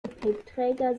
gepäckträger